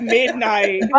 midnight